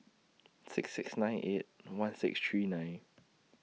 six six nine eight one six three nine